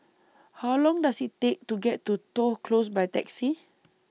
How Long Does IT Take to get to Toh Close By Taxi